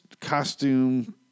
Costume